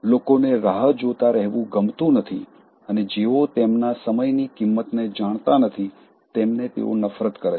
લોકોને રાહ જોતા રહેવું ગમતું નથી અને જેઓ તેમના સમયની કિંમતને જાણતા નથી તેમને તેઓ નફરત કરે છે